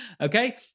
Okay